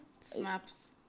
Snaps